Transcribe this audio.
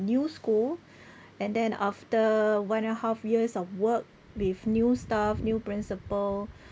new school and then after one and a half years of work with new staff new principal